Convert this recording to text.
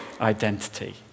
identity